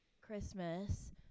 Christmas